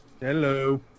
Hello